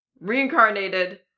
reincarnated